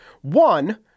One